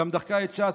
"גם דחקה את ש"ס,